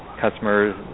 customers